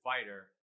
fighter